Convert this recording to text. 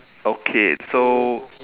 okay so